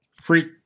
free